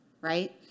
right